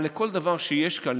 אבל לכל דבר שיש כאן,